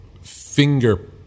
finger